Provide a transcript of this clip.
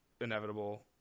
inevitable